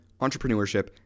entrepreneurship